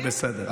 זה בסדר.